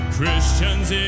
Christians